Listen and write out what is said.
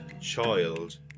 child